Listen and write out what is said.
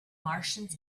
martians